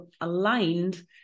aligned